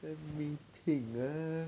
let me think lah